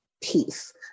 peace